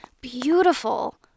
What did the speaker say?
beautiful